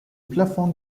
plafonds